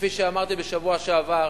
כפי שאמרתי בשבוע שעבר,